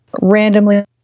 randomly